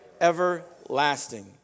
everlasting